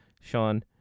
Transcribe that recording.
Sean